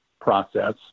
process